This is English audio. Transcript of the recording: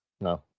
No